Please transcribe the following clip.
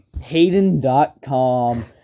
Hayden.com